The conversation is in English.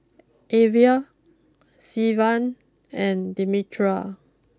Alver Sylvan and Demetria